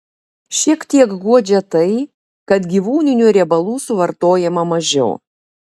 šiek tiek guodžia tai kad gyvūninių riebalų suvartojama mažiau